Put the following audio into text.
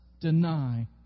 deny